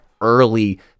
early